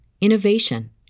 innovation